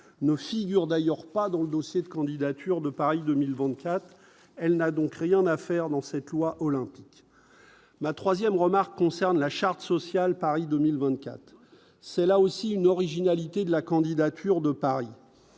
ne figure d'ailleurs pas dans le dossier de candidature de Paris 2024 elle n'a donc rien à faire dans cette loi olympique la 3ème remarque concerne la Charte sociale Paris 2024, c'est là aussi une originalité de la candidature de Paris,